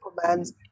commands